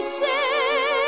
say